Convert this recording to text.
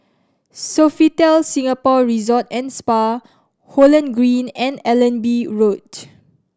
Sofitel Singapore Resort and Spa Holland Green and Allenby Road